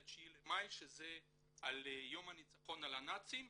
על ה-9 למאי שזה יום הניצחון על הנאצים,